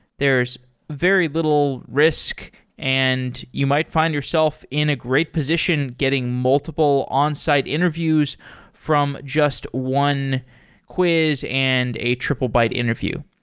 there's very little risk and you might find yourself in a great position getting multiple onsite interviews from just one quiz and a triplebyte interview.